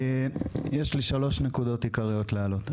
יש לי שלוש נקודות עיקריות להעלות.